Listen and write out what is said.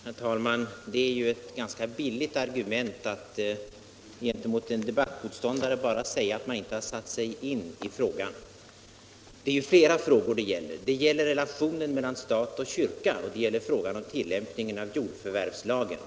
Herr talman! Det är ett ganska billigt argument att säga till en debattmotståndare att han inte satt sig in i frågan. Det är ju flera frågor det gäller. Det handlar om relationen mellan stat och kyrka och det gäller frågan om tillämpningen av jordförvärvslagen.